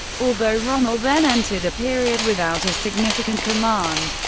although rommel then entered a period without a significant command,